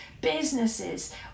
businesses